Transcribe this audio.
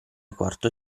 quarto